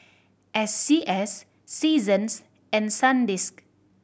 S C S Seasons and Sandisk